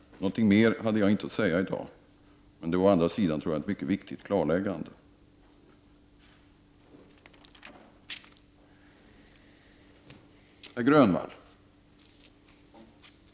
Någonting mer hade jag inte att säga i dag. Det var å andra sidan, tror jag, ett mycket viktigt klarläggande. Herr Grönvall!